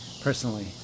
personally